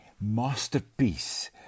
masterpiece